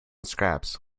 scraps